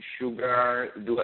sugar